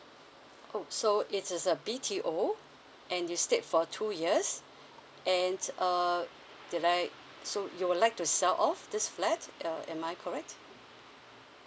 oh so it is a B_T_O and you stayed for two years and err they like so you would like to sell off this flat uh am I correct